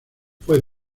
fue